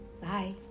bye